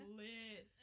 lit